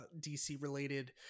DC-related